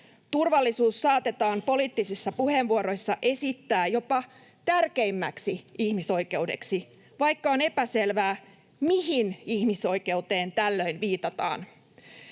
Turvallisuus saatetaan poliittisissa puheenvuoroissa esittää jopa tärkeimmäksi ihmisoikeudeksi, vaikka on epäselvää, mihin ihmisoikeuteen tällöin viitataan.